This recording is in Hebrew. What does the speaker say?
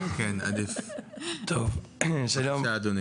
רז, בבקשה.